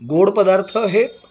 गोड पदार्थ हे